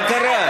מה קרה?